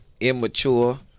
Immature